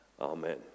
Amen